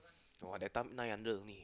!wah! they thumb nine hundred only